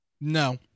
No